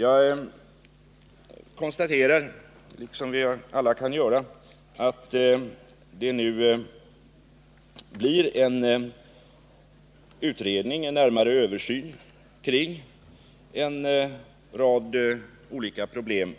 Jag konstaterar, liksom vi alla kan göra, att det nu blir en utredning, en närmare Översyn kring en rad olika problem